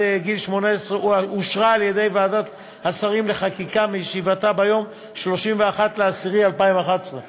גיל 18 אושרה על-ידי ועדת השרים לחקיקה בישיבתה ביום 31 באוקטובר 2011,